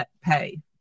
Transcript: pay